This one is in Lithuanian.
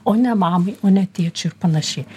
o ne mamai o ne tėčiu ir panašiai